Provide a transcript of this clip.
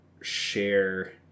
share